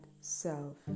self